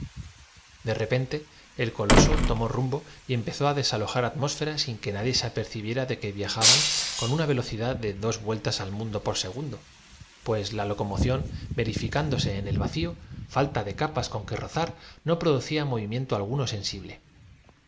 de repente el coloso tomó rumbo y empezó á des procura no ser insolente porque de lo contrario alojar atmósfera sin que nadie se apercibiera de que en llegando á la roma de los césares te vendo como viajaban con una velocidad de dos vueltas al mundo esclava al primer patricio que encuentre en la calle por segundo pues la locomoción verificándose en el vacío falta de capas con que rozar no producía movi miento alguno sensible ya